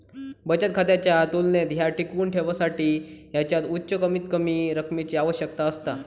बचत खात्याच्या तुलनेत ह्या टिकवुन ठेवसाठी ह्याच्यात उच्च कमीतकमी रकमेची आवश्यकता असता